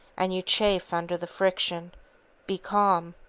and you chafe under the friction be calm.